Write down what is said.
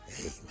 Amen